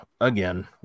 again